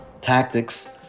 tactics